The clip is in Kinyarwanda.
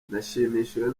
nashimishijwe